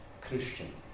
Christian